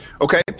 Okay